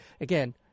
Again